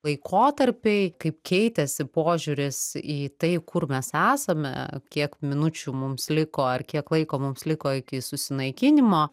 laikotarpiai kaip keitėsi požiūris į tai kur mes esame kiek minučių mums liko ar kiek laiko mums liko iki susinaikinimo